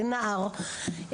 בנער,